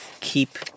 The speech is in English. keep